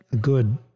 good